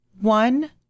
One